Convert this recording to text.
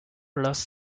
lost